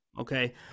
Okay